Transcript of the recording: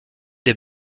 des